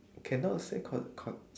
cannot say co co